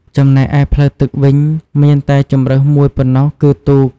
ចំណែកឯផ្លូវទឹកវិញ មានតែជម្រើសមួយប៉ុណ្ណោះគឺទូក។